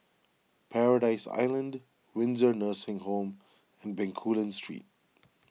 Paradise Island Windsor Nursing Home and Bencoolen Street